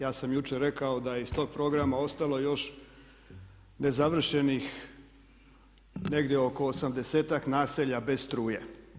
Ja sam jučer rekao da iz tog programa ostalo još nezavršenih negdje oko 80-tak naselja bez struje.